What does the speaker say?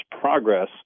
progress